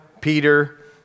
Peter